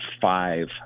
five